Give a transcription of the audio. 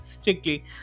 strictly